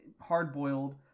hard-boiled